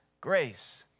grace